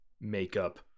makeup